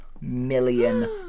million